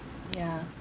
ya